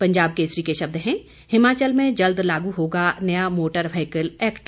पंजाब केसरी के शब्द हैं हिमाचल में जल्द लागू होगा नया मोटर व्हीकल एक्ट